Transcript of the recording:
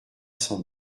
cent